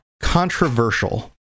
controversial